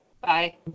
Bye